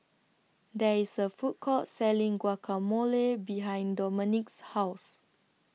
There IS A Food Court Selling Guacamole behind Domonique's House